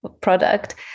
product